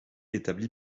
établi